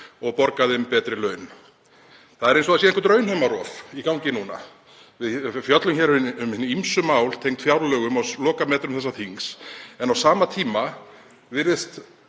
og borga þeim betri laun. Það er eins og eitthvert raunheimarof sé í gangi núna. Við fjöllum um hin ýmsu mál tengd fjárlögum á lokametrum þessa þings en á sama tíma virðist